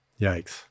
Yikes